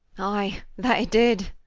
i, that a did